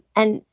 and,